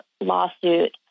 lawsuit